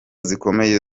zikomeye